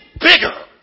bigger